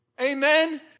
amen